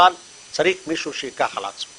אבל צריך מישהו שייקח על עצמו.